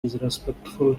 disrespectful